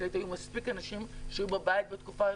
היו מספיק אנשים שהיו בבית בתקופה הזו,